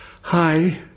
Hi